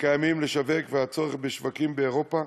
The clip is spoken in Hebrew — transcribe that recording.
הקיימים והצורך בשווקים באירופה.